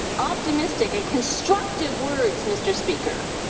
optimistic and constructive words, mr. speaker,